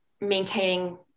maintaining